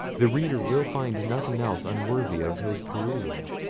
the reader will find nothing else unworthy of his perusal.